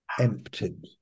emptied